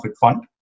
fund